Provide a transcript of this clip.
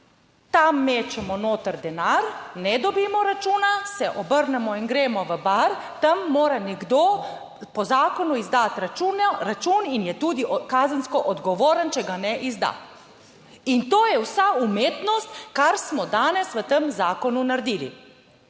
Tam mečemo noter denar, ne dobimo računa, se obrnemo in gremo v bar. Tam mora nekdo po zakonu izdati račun, račun in je tudi kazensko odgovoren, če ga ne izda. In to je vsa umetnost, kar smo danes v tem zakonu naredili.